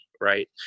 right